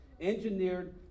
engineered